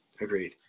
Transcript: agreed